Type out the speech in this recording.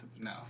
No